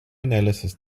analysis